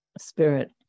spirit